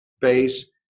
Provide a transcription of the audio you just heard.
base